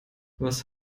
was